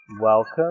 Welcome